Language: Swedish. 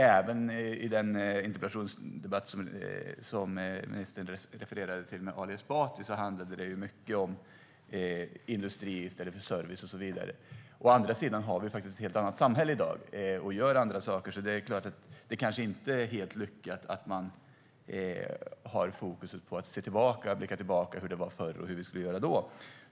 Även i den interpellationsdebatt med Ali Esbati som ministern refererade till handlade det mycket om industri i stället för service och så vidare. Vi har faktiskt ett helt annat samhälle i dag och gör andra saker. Det är kanske inte helt lyckat att man har fokus på att blicka tillbaka på hur det var förr och hur vi gjorde då.